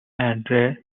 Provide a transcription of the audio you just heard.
andre